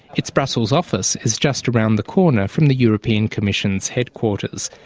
its brussels office is just around the corner from the european commission's headquarters.